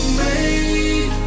made